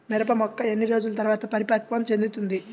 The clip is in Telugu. మిరప మొక్క ఎన్ని రోజుల తర్వాత పరిపక్వం చెందుతుంది?